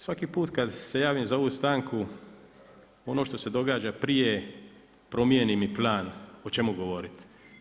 Svaki put kad se javim za ovu stanku, ono što se događa prije, promijeni mi plan o čemu govoriti.